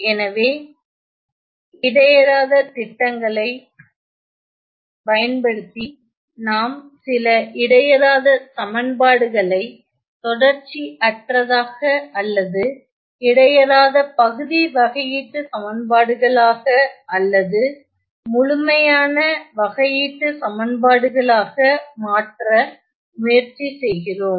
எனவே இடையறாத திட்டங்களை பயன்படுத்தி நாம் சில இடையறாத சமன்பாடுகள் ஐ தொடர்ச்சியற்றதாக அல்லது இடையறாத பகுதி வகையீட்டுச் சமன்பாடுகள் ஆக அல்லது முழுமையான வகையீட்டு சமன்பாடுகள் ஆக மாற்ற முயற்சி செய்கிறோம்